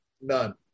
None